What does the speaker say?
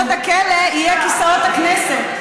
הלוקיישן: במקום חומות הכלא יהיו כיסאות הכנסת.